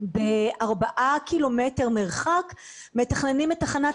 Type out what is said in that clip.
בארבעה קילומטרים מרחק מתכננים את תחנת